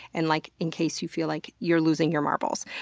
and like in case you feel like you're losing your marbles.